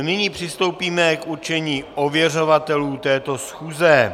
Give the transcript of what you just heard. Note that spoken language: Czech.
Nyní přistoupíme k určení ověřovatelů této schůze.